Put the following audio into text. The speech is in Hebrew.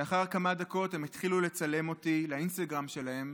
לאחר כמה דקות הם התחילו לצלם אותי לאינסטגרם שלהם